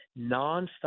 nonstop